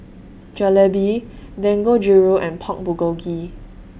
Jalebi Dangojiru and Pork Bulgogi